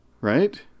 Right